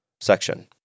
section